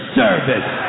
service